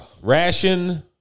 ration